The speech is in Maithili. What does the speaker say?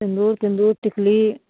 सिन्दूर तिन्दूर टिकली